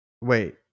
Wait